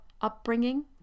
upbringing